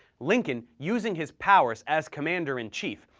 lincoln, using his powers as commander-in-chief,